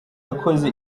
yakoze